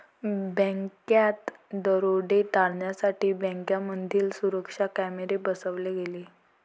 बँकात दरोडे टाळण्यासाठी बँकांमध्ये सुरक्षा कॅमेरे बसवले गेले